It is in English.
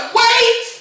wait